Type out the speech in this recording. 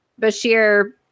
Bashir